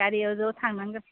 गारियाव ज' थांनांगोन